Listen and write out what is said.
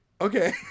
okay